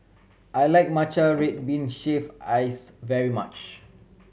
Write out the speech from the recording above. I like matcha red bean shaved ice very much